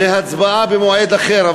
והצבעה במועד אחר.